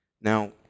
now